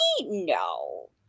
No